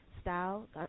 style